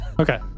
Okay